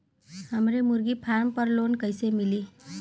हमरे मुर्गी फार्म पर लोन कइसे मिली?